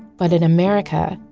but in america,